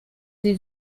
sie